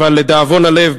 אבל לדאבון הלב,